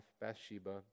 Bathsheba